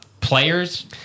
players